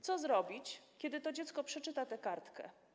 Co zrobić, kiedy to dziecko przeczyta tę kartkę?